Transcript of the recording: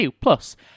plus